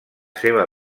seva